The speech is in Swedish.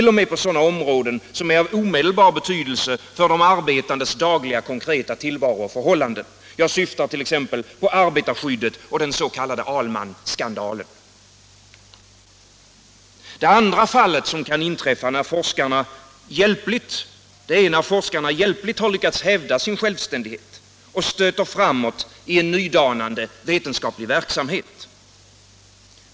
0. m. på sådana områden som är av omedelbar betydelse för de arbetandes dagliga tillvaro och förhållanden — jag syftar t.ex. på arbetarskyddet och den s.k. Ahlmann-skandalen. Det andra fallet som kan inträffa är att forskarna hjälpligt lyckas hävda sin självständighet och stöter framåt i en nydanande, vetenskaplig verksamhet.